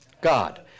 God